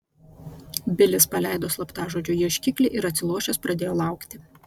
bilis paleido slaptažodžio ieškiklį ir atsilošęs pradėjo laukti